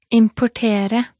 importera